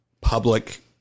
public